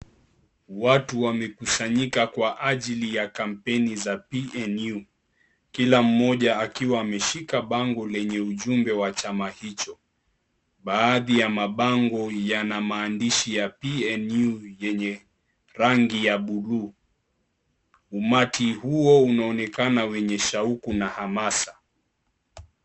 Watu wamekusanyika kwa ajili ya kampeni za PNU. Kila mmoja akiwa ameshika bango lenye ujumbe wa chama hicho. Baadhi ya mabango yana maandishi ya PNU yenye rangi ya buluu. Umati huo unaonekana wenye shauku na hamasa.